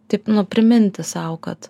taip nu priminti sau kad